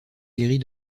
guérie